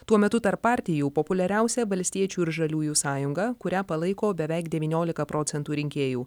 tuo metu tarp partijų populiariausia valstiečių ir žaliųjų sąjunga kurią palaiko beveik devyniolika procentų rinkėjų